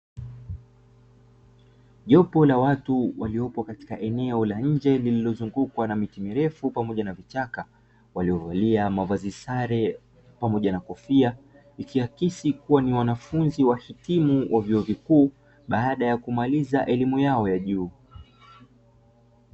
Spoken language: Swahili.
Jopo la watu waliopo katika eneo la nje lililozungukwa na miti mirefu pamoja na vichaka waliovalia mavazi sare pamoja na kofia, ikiakisi kuwa ni wanafunzi wahitimu wa vyuo vikuu baada ya kumaliza elimu yao ya juu.